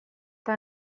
eta